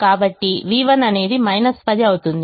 కాబట్టి v1 అనేది 10 అవుతుంది